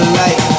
light